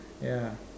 ya